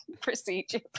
procedure